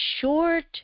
short